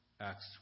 Acts